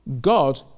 God